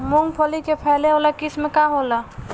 मूँगफली के फैले वाला किस्म का होला?